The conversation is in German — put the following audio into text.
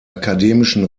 akademischen